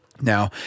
Now